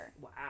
Wow